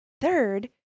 Third